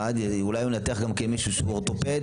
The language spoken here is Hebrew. אולי הוא מנתח מישהו שהוא אורתופד